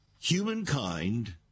humankind